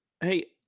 Hey